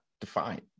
defined